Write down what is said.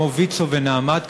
כמו ויצו ו"נעמת",